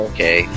Okay